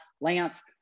lance